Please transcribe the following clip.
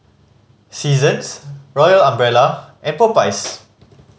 Seasons Royal Umbrella and Popeyes